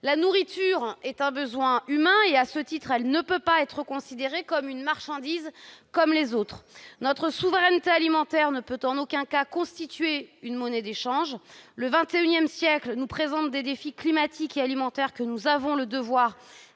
La nourriture est un besoin humain et, à ce titre, elle ne peut pas être considérée comme une marchandise comme les autres. Notre souveraineté alimentaire ne peut en aucun cas constituer une monnaie d'échange. Le XXIsiècle présente des défis climatiques et alimentaires, que nous avons le devoir